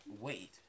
wait